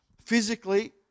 Physically